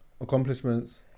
Accomplishments